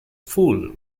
full